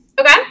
Okay